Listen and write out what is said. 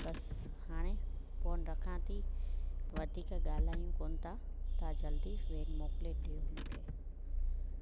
बसि हाणे फोन रखां थी वधीक ॻाल्हायूं कोन था तव्हां जल्दी वेन मोकिले ॾियो मूंखे